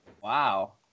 Wow